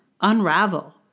unravel